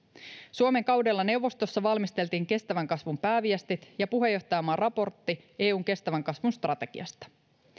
suomen kaudella neuvostossa valmisteltiin kestävän kasvun pääviestit ja puheenjohtajamaan raportti eun kestävän kasvun strategiasta